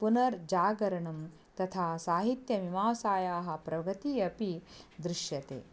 पुनर्जागरणं तथा साहित्यमीमांसायाः प्रगतिः अपि दृश्यते